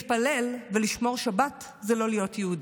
להתפלל, לשמור שבת, זה לא להיות יהודי.